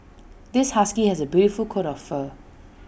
this husky has A beautiful coat of fur